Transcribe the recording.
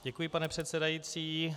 Děkuji, pane předsedající.